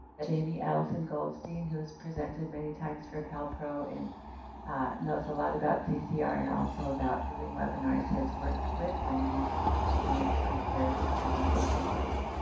jamie allison goldstein, who has presented many times for calpro and ah knows a lot about ccr and also about doing webinars, has worked with wendy to prepare this presentation for you.